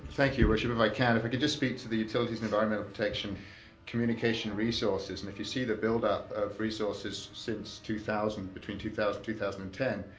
thank you, your worship. if i can, if i can just speak to the utilities environmental protection communication resources, and if you see the buildup of resources since two thousand, between two thousand two thousand and ten,